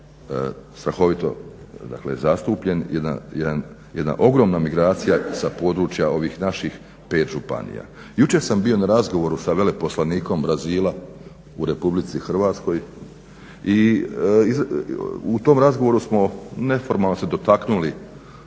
strahovito zastupljen. Jedna ogromna migracija sa područja ovih naših 5 županija. Jučer sam bio na razgovoru sa veleposlanikom Brazila u RH i u tom razgovoru smo neformalno se dotaknuli,